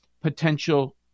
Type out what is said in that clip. Potential